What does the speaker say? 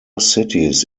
cities